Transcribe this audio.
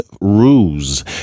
ruse